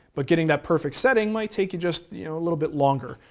but getting that perfect setting might take you just you know a little bit longer.